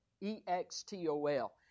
E-X-T-O-L